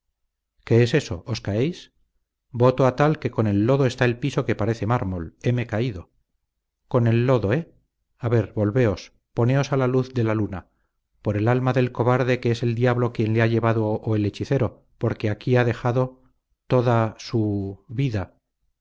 qué es eso os caéis voto a tal que con el lodo está el piso que parece mármol heme caído con el lodo eh a ver volveos poneos a la luz de la luna por el alma del cobarde que es el diablo quien le ha llevado o el hechicero porque aquí ha dejado toda su vida